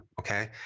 okay